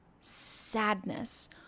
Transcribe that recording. sadness